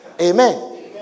Amen